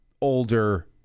older